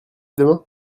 demain